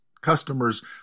customers